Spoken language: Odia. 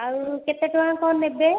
ଆଉ କେତେ ଟଙ୍କା କଣ ନେବେ